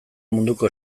munduko